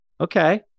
okay